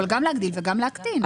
אבל גם להגדיל וגם להקטין.